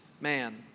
man